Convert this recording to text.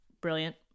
brilliant